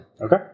Okay